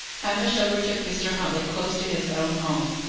hamish overtook mr. huntley close to his own home.